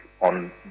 on